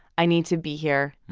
i need to be here.